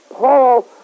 Paul